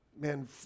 Man